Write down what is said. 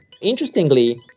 interestingly